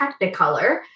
technicolor